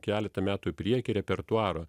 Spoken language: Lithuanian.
keletą metų į priekį repertuaro